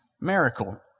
miracle